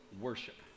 worship